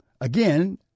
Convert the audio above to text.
again